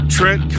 Trent